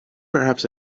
perhaps